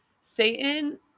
satan